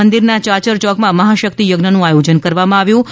મંદિરના ચાચર ચોકમાં મહાશક્તિ યજ્ઞનું આયોજન કરવામાં આવ્યું હતું